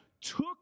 took